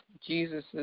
Jesus